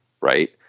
right